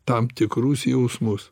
tam tikrus jausmus